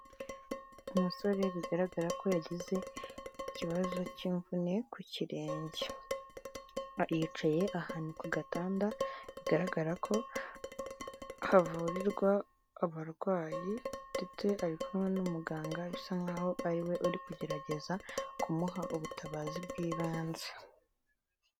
Umusore bigaragara ko yagize ikibazo cy'imvune ku kirenge, yicaye ahantu ku gatanda bigaragara ko havurirwa abarwayi ndetse ari kumwe n'umuganga bisa nkaho ariwe uri kugerageza kumuha ubutabazi bw'ibanze.